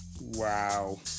Wow